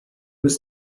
was